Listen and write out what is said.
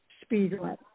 Speedway